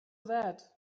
that